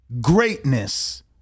greatness